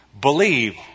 Believe